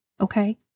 okay